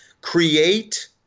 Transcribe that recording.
create